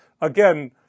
again